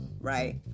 right